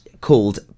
called